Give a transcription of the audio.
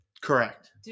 correct